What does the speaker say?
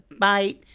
bite